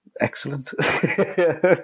excellent